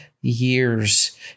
years